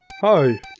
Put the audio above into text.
Hi